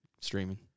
streaming